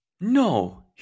No